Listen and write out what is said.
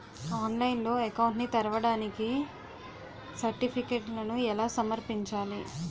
ఆన్లైన్లో అకౌంట్ ని తెరవడానికి సర్టిఫికెట్లను ఎలా సమర్పించాలి?